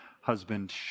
husband